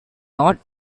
not